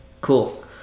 cool